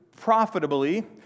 profitably